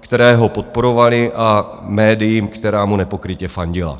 které ho podporovaly, a médiím, která mu nepokrytě fandila.